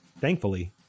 Thankfully